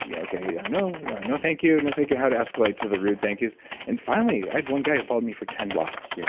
okay. no. no, thank you. no, thank you. how to escalate to the rude thank yous and finally, i had one guy who followed me for ten blocks. yeah